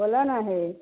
बोलऽ ने हे